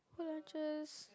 work lunches